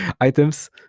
items